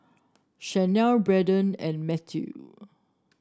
Shanelle Bradyn and Matthew